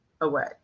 away